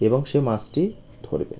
এবং সে মাছটি ধরবে